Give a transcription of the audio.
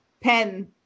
pen